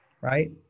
right